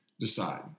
decide